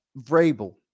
Vrabel